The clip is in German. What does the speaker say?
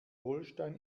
holstein